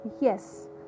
Yes